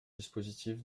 dispositif